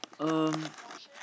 um